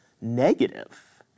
negative